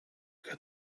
got